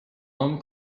own